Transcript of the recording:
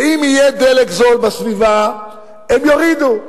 ואם יהיה דלק זול בסביבה, הם יורידו.